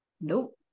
Nope